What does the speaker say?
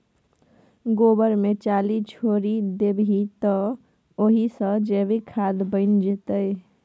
गोबर मे चाली छोरि देबही तए ओहि सँ जैविक खाद बनि जेतौ